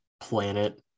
planet